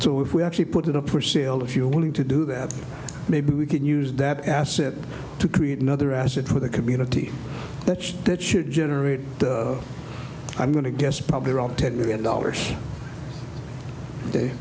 so if we actually put it up for sale if you're willing to do that maybe we can use that asset to create another asset for the community that's that should generate i'm going to guess probably around ten million dollars a